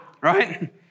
right